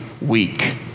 week